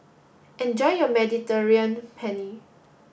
enjoy your Mediterranean Penne